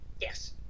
Yes